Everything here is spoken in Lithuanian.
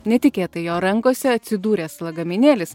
netikėtai jo rankose atsidūręs lagaminėlis